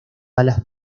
alas